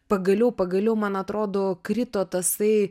pagaliau pagaliau man atrodo krito tasai